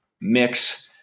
mix